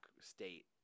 State